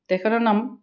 তেখেতৰ নাম